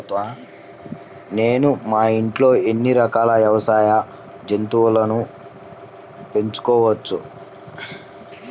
నేను మా ఇంట్లో ఎన్ని రకాల వ్యవసాయ జంతువులను పెంచుకోవచ్చు?